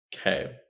Okay